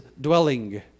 dwelling